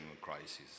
crisis